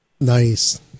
nice